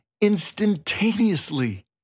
instantaneously